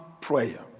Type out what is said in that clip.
prayer